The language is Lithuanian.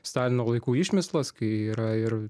stalino laikų išmislas kai yra ir